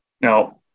now